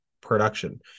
production